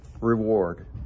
reward